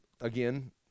again